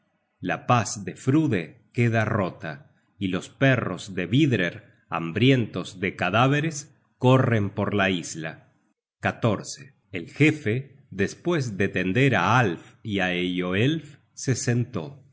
la paz de frude queda rota y los perros de vidrer hambrientos de cadáveres corren por la isla el jefe despues de tender á alf y eyoelf se sentó